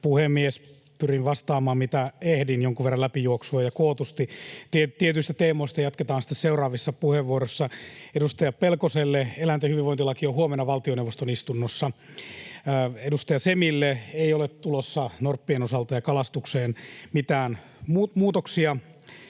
Pyrin vastaamaan, mitä ehdin, jonkun verran läpijuoksua ja kootusti. Tietyistä teemoista jatketaan sitten seuraavissa puheenvuoroissa. Edustaja Pelkoselle: eläinten hyvinvointilaki on huomenna valtioneuvoston istunnossa. Edustaja Semille: ei ole tulossa norppien osalta ja kalastukseen mitään muutoksia.